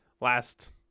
last